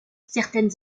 certaines